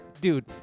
Dude